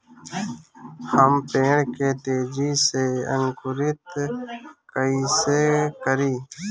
हम पेड़ के तेजी से अंकुरित कईसे करि?